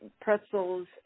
pretzels